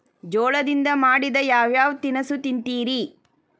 ಜೋಳದಿಂದ ಮಾಡಿದ ಯಾವ್ ಯಾವ್ ತಿನಸು ತಿಂತಿರಿ?